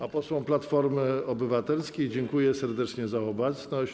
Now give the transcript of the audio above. A posłom Platformy Obywatelskiej dziękuję serdecznie za obecność.